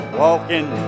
walking